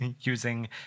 using